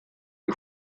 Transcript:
die